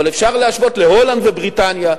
אבל אפשר להשוות להולנד ובריטניה,